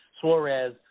Suarez